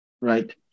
right